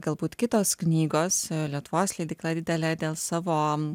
galbūt kitos knygos lietuvos leidykla didelė dėl savo